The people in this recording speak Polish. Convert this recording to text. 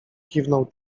kiwnął